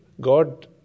God